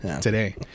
Today